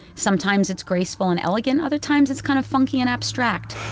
sometimes it's graceful and elegant, other times it's kind of funky and abstract,